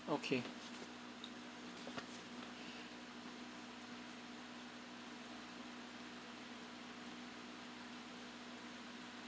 okay